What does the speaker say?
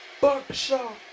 Buckshot